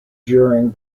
during